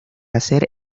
hacer